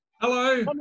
Hello